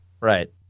Right